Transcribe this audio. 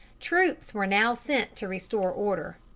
troops were now sent to restore order.